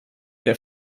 der